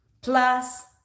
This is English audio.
Plus